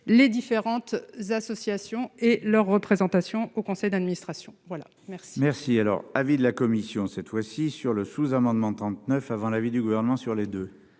les différentes associations et leur représentation au conseil d'administration. Voilà, merci, merci, alors, avis de la commission, cette fois-ci sur le sous-amendement 39 avant l'avis du gouvernement sur les 2.